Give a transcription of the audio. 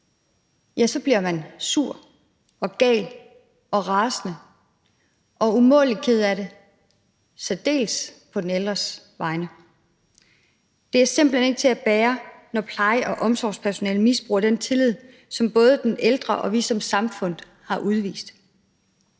borger, bliver vi sure og gale og rasende og umådelig kede af det, i særdeleshed på den ældres vegne. Det er simpelt hen ikke til at bære, når pleje- og omsorgspersonale misbruger den tillid, som både den ældre og vi som samfund har udvist.